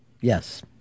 Yes